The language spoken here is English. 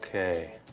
okay.